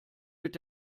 mit